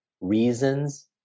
Reasons